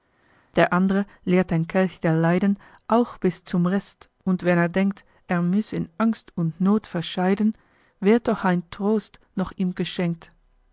der andre leert den kelch der leiden auch bis zum rest und wenn er denkt er müss in angst und noth verscheiden wird doch ein trost noch ihm geschenkt